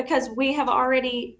because we have already